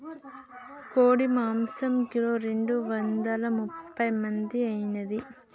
కోడి మాంసం కిలో రెండు వందల ముప్పై మంది ఐనాది